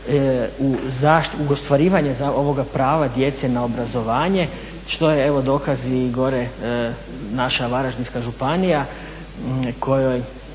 u ostvarivanje ovoga prava djece na obrazovanje. Što je evo dokaz i gore naša Varaždinska županija kojoj